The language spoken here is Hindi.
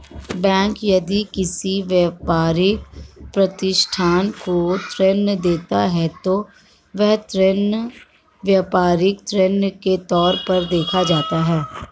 बैंक यदि किसी व्यापारिक प्रतिष्ठान को ऋण देती है तो वह ऋण व्यापारिक ऋण के तौर पर देखा जाता है